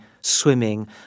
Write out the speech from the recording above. swimming